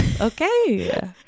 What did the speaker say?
okay